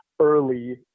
early